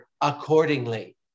accordingly